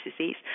disease